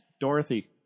Dorothy